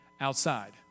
outside